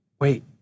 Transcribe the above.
wait